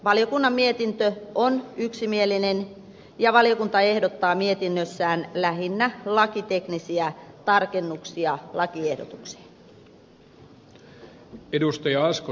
valiokunnan mietintö on yksimielinen ja valiokunta ehdottaa mietinnössään lähinnä lakiteknisiä tarkennuksia lakiehdotukseen